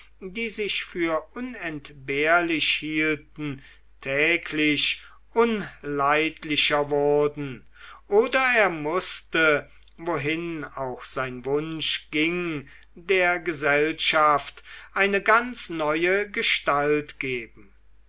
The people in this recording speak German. die sich für unentbehrlich hielten täglich unleidlicher wurden oder er mußte wohin auch sein wunsch ging der gesellschaft eine ganz neue gestalt geben